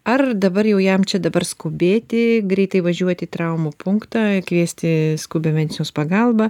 ar dabar jau jam čia dabar skubėti greitai važiuoti į traumų punktą kviesti skubią medicinos pagalbą